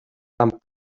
amb